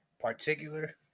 Particular